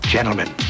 Gentlemen